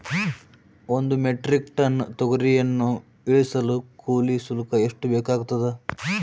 ಒಂದು metric ton ತೊಗರಿಯನ್ನು ಇಳಿಸಲು ಕೂಲಿ ಶುಲ್ಕ ಎಷ್ಟು ಬೇಕಾಗತದಾ?